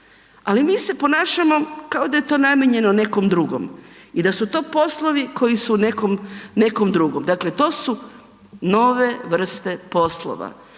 ali mi se ponašamo kao da je to namijenjeno nekom drugom i da su to poslovi koji su nekom drugom. Dakle, to su nove vrste poslova,